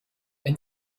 wenn